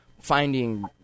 finding